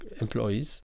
employees